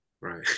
Right